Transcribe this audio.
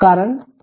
current 0